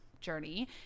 Journey